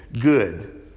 Good